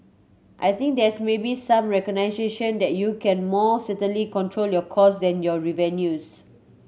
I think there's maybe some recognition that you can more certainly control your costs than your revenues